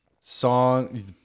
song